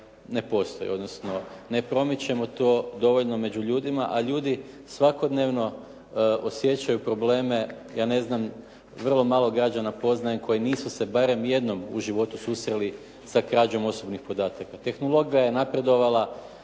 ne postoji odnosno ne promičemo to dovoljno među ljudima a ljudi svakodnevno osjećaju probleme, ja ne znam vrlo malo građana poznajem koji nisu se barem jednom u životu se susreli sa krađom osobnih podataka. Tehnologija je napredovala,